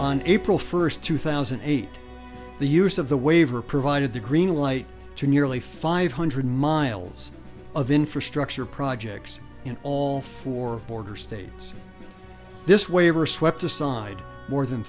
on april first two thousand and eight the use of the waiver provided the green light to nearly five hundred miles of infrastructure projects in all four border states this waiver swept aside more than